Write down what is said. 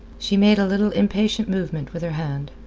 she made a little impatient movement with her hand,